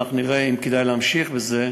ואנחנו נראה אם כדאי להמשיך בזה,